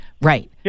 Right